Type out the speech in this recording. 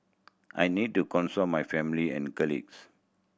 I need to consult my family and colleagues